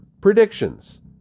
predictions